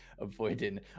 avoiding